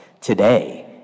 today